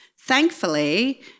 Thankfully